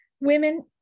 women